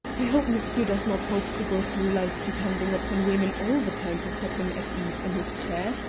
i hope monsieur does not hope to go through life depending upon women all the time to set him at ease in his chair.